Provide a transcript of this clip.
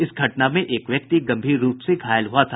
इस घटना में एक व्यक्ति गंभीर रूप से घायल हुआ था